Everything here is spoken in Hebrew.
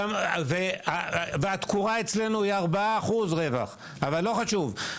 וגם התקורה אצלנו היא 4% רווח, אבל לא חשוב.